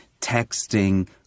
texting